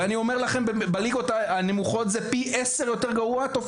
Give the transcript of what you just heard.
אני אומר לכם שבליגות הנמוכות התופעה הזאת פי עשר יותר גרועה.